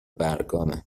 برگامه